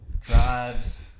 drives